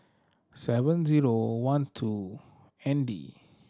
seven zero one two N D